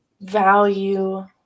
value